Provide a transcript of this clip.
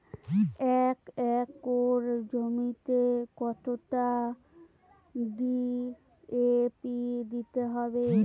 এক একর জমিতে কতটা ডি.এ.পি দিতে হবে?